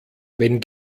wenn